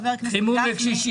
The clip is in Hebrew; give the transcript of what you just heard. חבר הכנסת גפני -- חימום לקשישים.